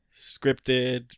scripted